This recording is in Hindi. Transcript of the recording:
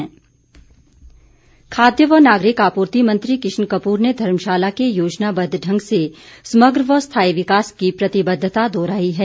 किशन कपूर खाद्य व नागरिक आपूर्ति मंत्री किशन कपूर ने धर्मशाला के योजनाबद्व ढंग से समग्र व स्थायी विकास की प्रतिबद्धता दोहराई है